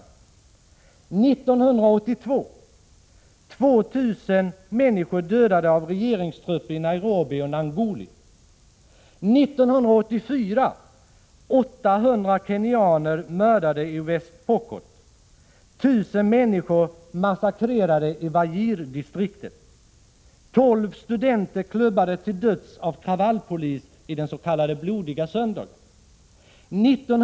År 1982 dödades över 2 000 människor av regeringstrupper i Nairobi och Nanguli. År 1984 mördades 800 kenyaner i West Pokot. 1 000 människor massakrerades i Wajirdistriktet. 12 studenter klubbades till döds av kravallpolis på den s.k. blodiga söndagen.